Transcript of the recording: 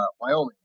Wyoming